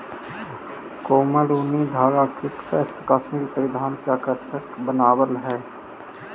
कोमल ऊनी धागा के वस्त्र कश्मीरी परिधान के आकर्षक बनावऽ हइ